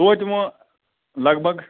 توتہِ وٕ لگ بگ